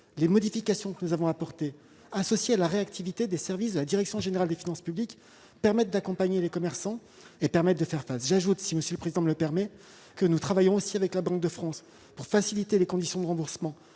les modifications que nous avons apportées, associées à la réactivité des services de la direction générale des finances publiques, permettent d'accompagner les commerçants et de faire face à la situation. Nous travaillons aussi avec la Banque de France pour faciliter les conditions de remboursement